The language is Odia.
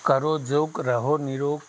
କରୋ ଯୋଗ୍ ରହୋ ନିରୋଗ୍